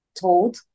told